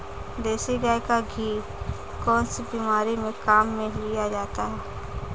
देसी गाय का घी कौनसी बीमारी में काम में लिया जाता है?